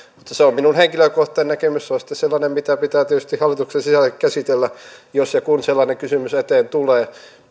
mutta se on minun henkilökohtainen näkemykseni se on sitten sellainen mitä pitää tietysti hallituksen sisälläkin käsitellä jos ja kun sellainen kysymys eteen tulee